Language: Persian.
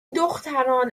دختران